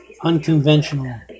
Unconventional